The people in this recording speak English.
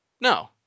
No